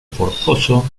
forzoso